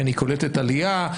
קולטת עלייה.